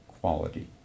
quality